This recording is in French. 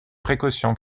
précautions